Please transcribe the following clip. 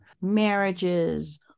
marriages